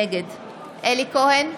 נגד אלי כהן,